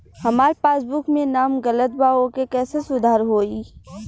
हमार पासबुक मे नाम गलत बा ओके कैसे सुधार होई?